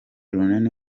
runini